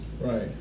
Right